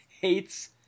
hates